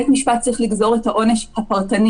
בית משפט צריך לגזור את העונש הפרטני,